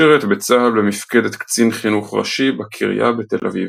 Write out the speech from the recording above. שירת בצה"ל במפקדת קצין חינוך ראשי בקריה בתל אביב.